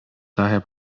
daher